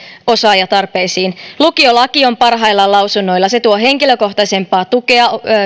osaajatarpeisiin lukiolaki on parhaillaan lausunnoilla se tuo henkilökohtaisempaa tukea